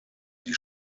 die